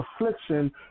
affliction